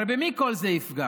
הרי במי כל זה יפגע?